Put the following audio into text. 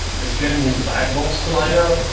is getting these lag bolts to line up.